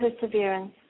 perseverance